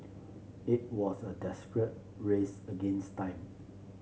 it was a desperate race against time